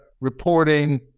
reporting